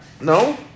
No